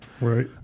Right